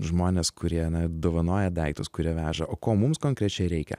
žmonės kurie na dovanoja daiktus kurie veža o ko mums konkrečiai reikia